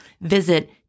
Visit